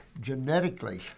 genetically